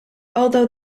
although